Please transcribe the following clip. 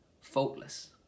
faultless